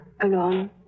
alone